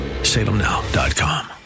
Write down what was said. Salemnow.com